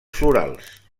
florals